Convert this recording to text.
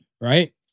Right